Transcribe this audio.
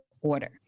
order